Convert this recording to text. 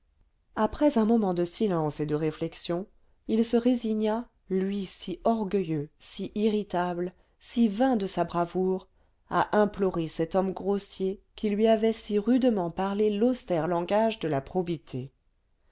après un moment de silence et de réflexion il se résigna lui si orgueilleux si irritable si vain de sa bravoure à implorer cet homme grossier qui lui avait si rudement parlé l'austère langage de la probité